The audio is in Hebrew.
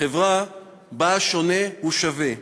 חברה שבה השונה הוא שווה,